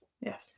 Yes